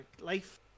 Life